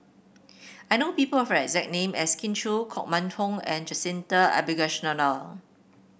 I know people who have the exact name as Kin Chui Koh Mun Hong and Jacintha Abisheganaden